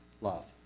Love